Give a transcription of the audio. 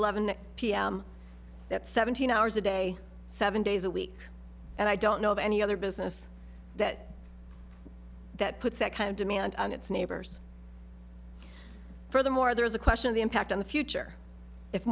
eleven pm that seventeen hours a day seven days a week and i don't know of any other business that that puts that kind of demand on its neighbors furthermore there is a question of the impact on the future if